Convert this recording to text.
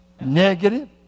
Negative